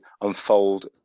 unfold